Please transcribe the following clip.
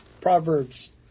Proverbs